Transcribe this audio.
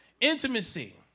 Intimacy